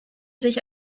sich